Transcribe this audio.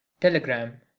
Telegram